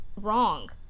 wrong